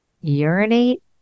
urinate